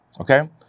okay